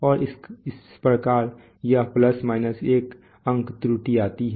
और इस प्रकार यह ± 1 अंक त्रुटि आती है